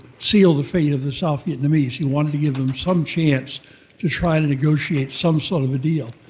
seal the fate of the south vietnamese. he wanted to give them some chance to try to negotiate some sort of deal.